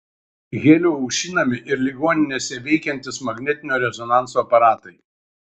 heliu aušinami ir ligoninėse veikiantys magnetinio rezonanso aparatai